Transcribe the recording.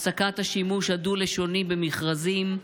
הפסקת השימוש הדו-מגדרי במכרזים,